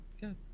good